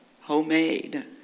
Homemade